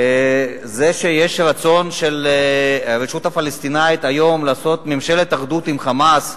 זה שיש רצון של הרשות הפלסטינית היום לעשות ממשלת אחדות עם ה"חמאס",